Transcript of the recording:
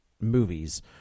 movies